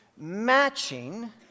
matching